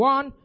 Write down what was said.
One